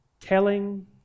telling